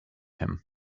him